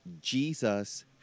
Jesus